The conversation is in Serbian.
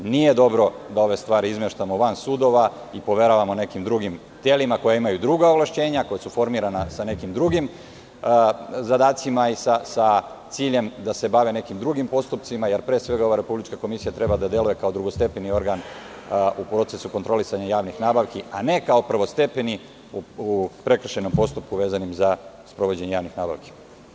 Nije dobro da ove stvari izmeštamo van sudova i poveravamo nekim drugim telima koja imaju neka druga ovlašćenja, koja su formirana sa nekim drugim zadacima i sa ciljem da se bave nekim drugim postupcima, jer pre svega ova Republička komisija treba da deluje kao drugostepeni organ u procesu kontrolisanja javnih nabavki, a ne kao prvestepeni u prekršajnom postupku vezanom za sprovođenje javnih nabavki.